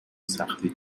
سختی